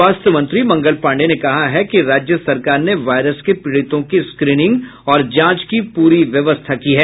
स्वास्थ्य मंत्री मंगल पाण्डेय ने कहा है कि राज्य सरकार ने वायरस के पीड़ितों की स्क्रीनिंग और जांच की पूरी व्यवस्था की है